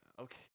Okay